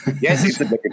Yes